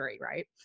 Right